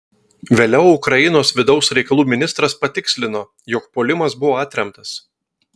vėliau ukrainos vidaus reikalų ministras patikslino jog puolimas buvo atremtas